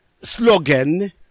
slogan